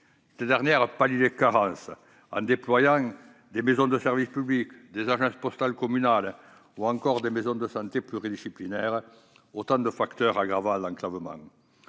Ces dernières pallient les carences, en déployant des maisons de service public, des agences postales communales ou encore des maisons de santé pluridisciplinaires, autant de facteurs aggravant l'enclavement.